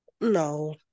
No